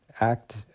act